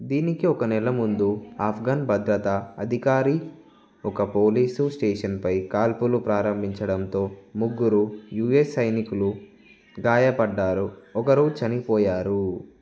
దీనికి ఒక నెల ముందు ఆఫ్ఘన్ భద్రతా అధికారి ఒక పోలీసు స్టేషన్పై కాల్పులు ప్రారంభించడంతో ముగ్గురు యుఎస్ సైనికులు గాయపడ్డారు ఒకరు చనిపోయారు